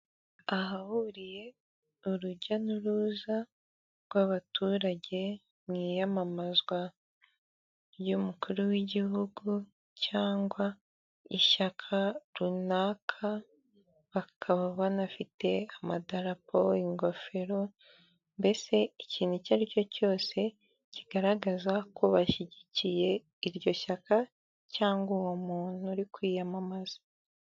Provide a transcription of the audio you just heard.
Ahahuriye urujya n'uruza rw'abaturage mu iyamamazwa ry'umukuru w'igihugu cyangwa ishyaka runaka, bakaba banafite amadarapo, ingofero. Mbese ikintu icyo ari cyo cyose kigaragaza ko bashyigikiye iryo shyaka cyangwa uwo muntu uri kwiyamamaza.